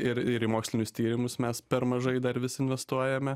ir ir į mokslinius tyrimus mes per mažai dar vis investuojame